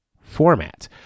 format